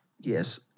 Yes